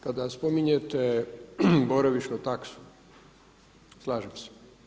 Kada spominjete boravišnu taksu slažem se.